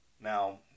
Now